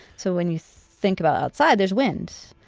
so when you think about outside, there's wind.